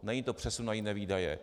Není to přesun na jiné výdaje.